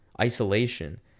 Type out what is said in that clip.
isolation